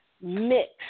mix